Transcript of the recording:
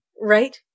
right